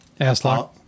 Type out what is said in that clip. Aslock